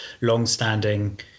long-standing